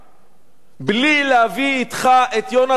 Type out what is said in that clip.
בלי שתביא אתך את יהונתן פולארד,